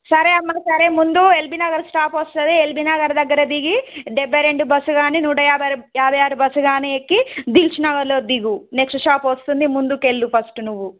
సరే అమ్మ సరే ముందు ఎల్ బీ నగర్ స్టాప్ వస్తుంది ఎల్ బీ నగర్ దగ్గర దిగి డెబ్బై రెండు బస్సు కానీ నూట యాభై ఆరు బస్సు కానీ ఎక్కి దిల్సుఖ్నగర్లో దిగు నెక్స్ట్ స్టాప్ వస్తుంది ముందుకు వెళ్ళు ఫస్ట్ నువ్వు